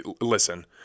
listen